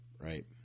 Right